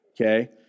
okay